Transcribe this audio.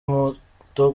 moto